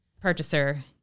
purchaser